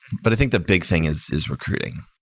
but i think the big thing is is recruiting.